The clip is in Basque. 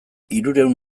hirurehun